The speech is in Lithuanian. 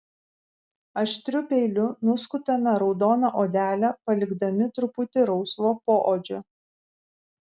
aštriu peiliu nuskutame raudoną odelę palikdami truputį rausvo poodžio